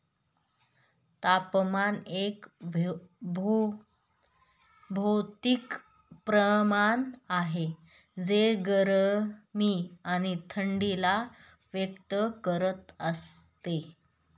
तापमान एक भौतिक प्रमाण आहे जे गरमी आणि थंडी ला व्यक्त करत असते